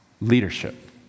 leadership